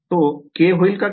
तो k होईल का k2